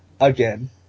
Again